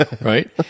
right